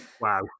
wow